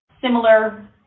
similar